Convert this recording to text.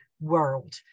world